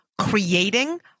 creating